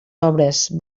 obres